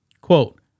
Quote